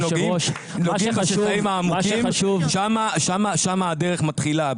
נוגעים בשסעים העמוקים שם הדרך מתחילה.